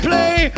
play